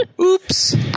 Oops